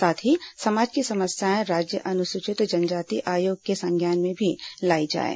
साथ ही समाज की समस्याएं राज्य अनुसूचित जनजाति आयोग के संज्ञान में भी लाई जाएं